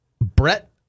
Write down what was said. Brett